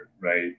right